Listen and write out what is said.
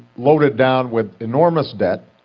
loaded down with enormous debt,